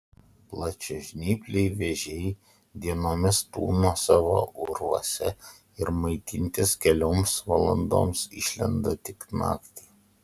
plačiažnypliai vėžiai dienomis tūno savo urvuose ir maitintis kelioms valandoms išlenda tik naktį